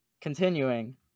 Continuing